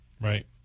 Right